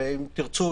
אם תרצו,